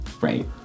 right